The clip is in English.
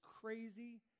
crazy